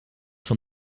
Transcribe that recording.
van